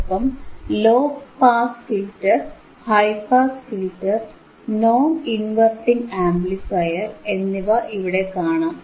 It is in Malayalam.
ഒപ്പം low pass filter high pass filter non inverting amplifier എന്നിവ ഇവിടെ കാണാം